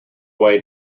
way